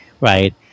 right